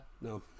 No